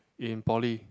in poly